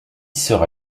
sera